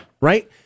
right